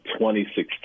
2016